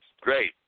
great